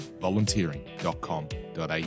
volunteering.com.au